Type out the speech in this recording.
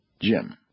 Jim